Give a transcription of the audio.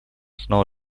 снова